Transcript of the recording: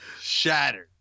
Shattered